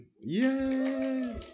Yay